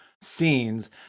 scenes